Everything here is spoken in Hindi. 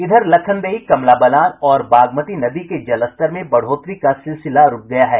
इधर लखनदेई कमला बलान और बागमती नदी के जलस्तर में बढ़ोतरी का सिलसिला रूक गया है